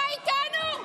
מה איתנו?